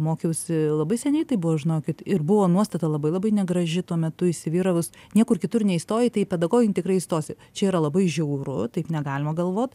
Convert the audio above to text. mokiausi labai seniai tai buvo žinokit ir buvo nuostata labai labai negraži tuo metu įsivyravus niekur kitur neįstojai tai į pedagogin tikrai įstosi čia yra labai žiauru taip negalima galvot